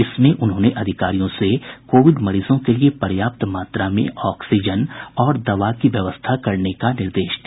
इसमें उन्होंने अधिकारियों से कोविड मरीजों के लिए पर्याप्त मात्रा में ऑक्सीजन और दवा की व्यवस्था करने का निर्देश दिया